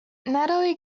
natalie